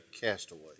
castaway